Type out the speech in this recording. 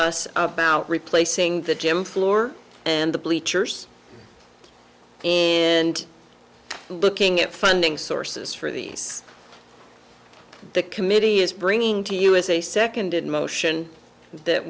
us about replacing the gym floor and the bleachers and looking at funding sources for these the committee is bringing to us a seconded motion that